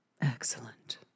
Excellent